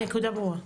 הנקודה ברורה,